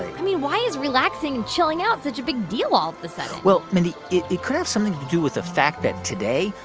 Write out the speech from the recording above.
i mean, why is relaxing and chilling out such a big deal all of the sudden? well, mindy, it could have something to do with the fact that, today,